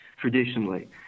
traditionally